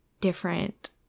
different